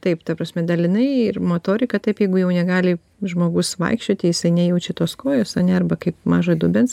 taip ta prasme dalinai ir motorika taip jeigu jau negali žmogus vaikščioti jisai nejaučia tos kojos ane arba kaip mažojo dubens